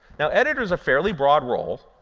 now, editor is a fairly broad role,